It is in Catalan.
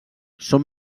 són